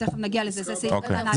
תיכף נגיע לזה, זה סעיף קטן (א3).